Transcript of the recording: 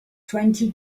twenty